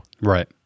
Right